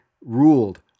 ruled